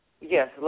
yes